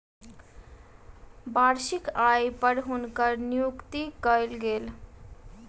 वार्षिक आय पर हुनकर नियुक्ति कयल गेल